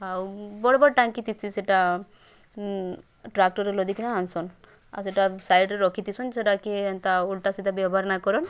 ଆଉ ବଡ଼୍ ବଡ଼୍ ଟାଙ୍କି ଥିସି ସେଟା ଟ୍ରାକ୍ଟର୍ରେ ଲଦିକିନା ଆନ୍ସନ୍ ଆଉ ସେଟା ସାଇଡ଼୍ରେ ରଖି ଥିସନ ସେଟାକି ଏମତା ଉଲ୍ଟା ସିଧା ବ୍ୟବହାର୍ ନାଇଁ କରନ୍